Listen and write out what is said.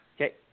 okay